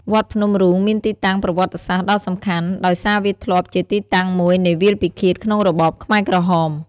វត្តភ្នំរូងមានទីតាំងប្រវត្តិសាស្ត្រដ៏សំខាន់ ដោយសារវាធ្លាប់ជាទីតាំងមួយនៃវាលពិឃាតក្នុងរបបខ្មែរក្រហម។